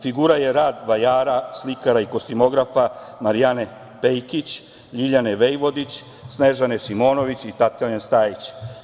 Figura je rad vajara, slikara i kostimografa Marijane Pejkić, Ljiljane Vejvodić, Snežane Simonović i Tatjane Stajić.